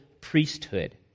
priesthood